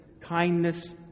kindness